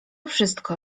wszystko